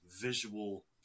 visual